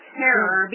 terror